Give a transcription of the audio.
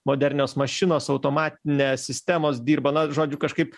modernios mašinos automatinės sistemos dirba na žodžiu kažkaip